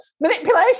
manipulation